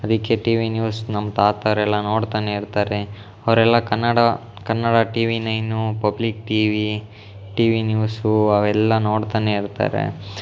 ಅದಕ್ಕೆ T V news ನಮ್ಮ ತಾತಾವ್ರೆಲ್ಲ ನೋಡ್ತನೇ ಇರ್ತಾರೆ ಅವರೆಲ್ಲ Kannada Kannada T V nine public T V T V news ಅವೆಲ್ಲ ನೋಡ್ತನೇ ಇರ್ತಾರೆ